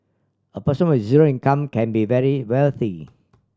a person with zero income can be very wealthy